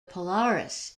polaris